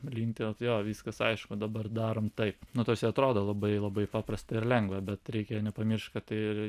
linktelt jo viskas aišku dabar darom taip nu tarsi atrodo labai labai paprasta ir lengva bet reikia nepamiršt kad tai